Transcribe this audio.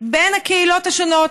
בין הקהילות השונות,